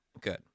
Good